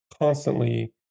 constantly